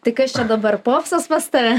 tai kas čia dabar popsas pas tave